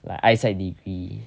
like eyesight degree